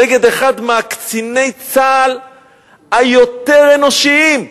נגד אחד מקציני צה"ל היותר אנושיים,